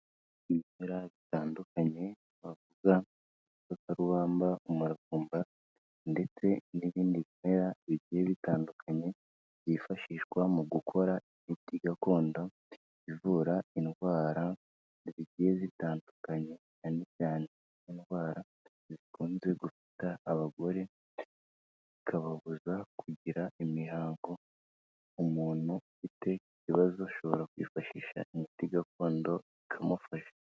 Ibimera bitandukanye, twavuga, igikakarubamba, umuravumba ndetse n'ibindi bimera bigiye bitandukanye byifashishwa mu gukora imiti gakondo, ivura indwara zigiye zitandukanye, cyane cyane indwara zikunze gufata abagore, zikababuza kugira imihango. Umuntu ufite ibibazo ashobora kwifashisha imiti gakondo, ikamufasha.